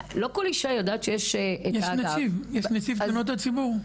לא כל איש היודעת שיש --- יש נציב תלונות הציבור.